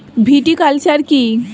Viticulture কী?